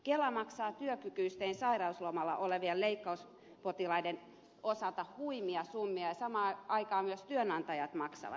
kela maksaa työkykyisten sairauslomalla olevien leikkauspotilaiden osalta huimia summia ja samaan aikaan myös työnantajat maksavat